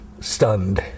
stunned